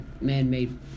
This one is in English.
man-made